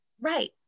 right